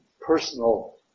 personal